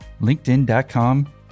LinkedIn.com